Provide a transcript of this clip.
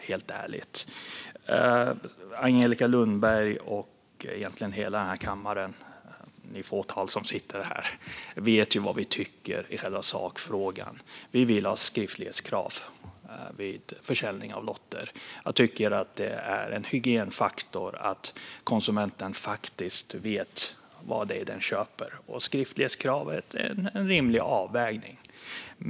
Helt ärligt vet ju Angelica Lundberg och egentligen hela kammaren - det fåtal som sitter här - vad vi tycker i själva sakfrågan. Vi vill ha skriftlighetskrav vid försäljning av lotter. Jag tycker att det är en hygienfaktor att konsumenten faktiskt vet vad den köper, och skriftlighetskravet är en rimlig avvägning.